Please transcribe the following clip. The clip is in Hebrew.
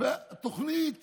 תוכנית